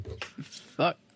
Fuck